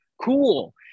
cool